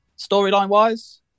Storyline-wise